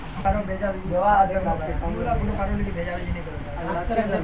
Asian पेंटत निवेशेर मौका फिर नइ मिल तोक